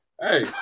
Hey